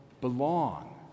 belong